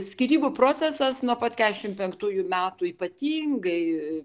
skyrybų procesas nuo pat kešim penktųjų metų ypatingai